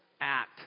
act